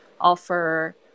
offer